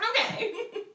Okay